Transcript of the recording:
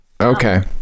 Okay